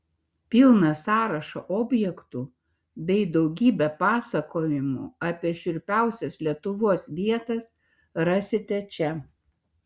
pilną sąrašą objektų bei daugybę pasakojimų apie šiurpiausias lietuvos vietas rasite čia